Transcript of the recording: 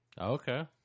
Okay